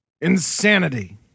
Insanity